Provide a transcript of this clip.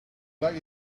flag